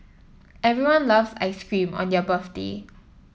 everyone loves ice cream on their birthday